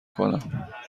کنم